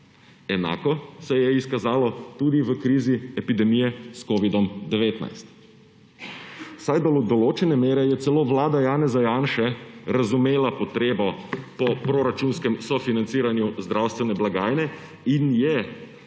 Enako se je izkazalo tudi v krizi epidemije s covidom-19, saj do določene mere je celo vlada Janeza Janše razumela potrebo po proračunskem sofinanciranju zdravstvene blagajne in je z